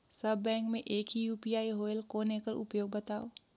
सब bank मे एक ही यू.पी.आई होएल कौन एकर उपयोग बताव?